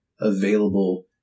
available